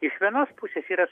iš vienos pusės yra